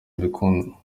mbikunda